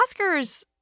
Oscars